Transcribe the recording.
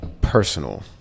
personal